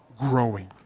growing